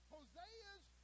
Hosea's